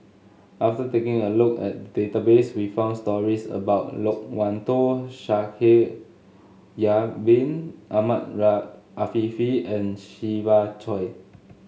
after taking a look at the database we found stories about Loke Wan Tho Shaikh Yahya Bin Ahmed Afifi and Siva Choy